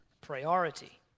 priority